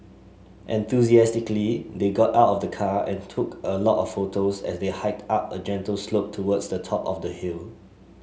enthusiastically they got out of the car and took a lot of photos as they hiked up a gentle slope towards the top of the hill